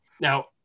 now